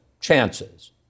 chances